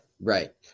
Right